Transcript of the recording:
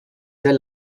sehr